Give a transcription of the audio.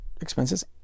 expenses